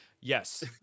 Yes